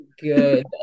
good